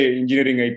engineering